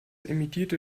emittierte